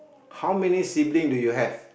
how many sibling do you have